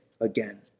again